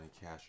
Cash